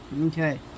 Okay